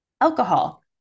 alcohol